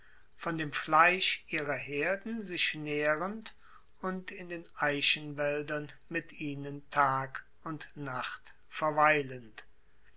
von dem fleisch ihrer herden sich naehrend und in den eichenwaeldern mit ihnen tag und nacht verweilend